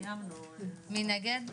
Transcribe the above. מי נגד?